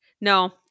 No